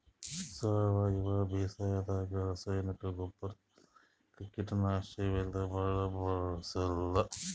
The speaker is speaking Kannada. ಸಾವಯವ ಬೇಸಾಯಾದಾಗ ರಾಸಾಯನಿಕ್ ಗೊಬ್ಬರ್, ರಾಸಾಯನಿಕ್ ಕೀಟನಾಶಕ್ ಇವೆಲ್ಲಾ ಭಾಳ್ ಬಳ್ಸಲ್ಲ್